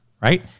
right